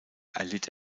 erlitt